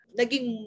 naging